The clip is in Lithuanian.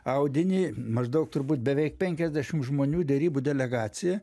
audinį maždaug turbūt beveik penkiasdešim žmonių derybų delegaciją